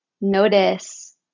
Notice